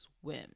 swim